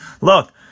Look